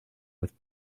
with